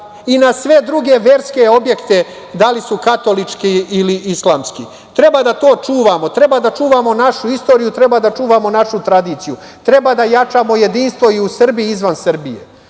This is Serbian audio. i na sve druge verske objekte, da li katolički, islamski. Treba to da čuvamo, treba da čuvamo našu istoriju, treba da čuvamo našu tradiciju. Treba da jačamo jedinstvo i u Srbiji i izvan Srbije.